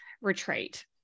retreat